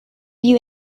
you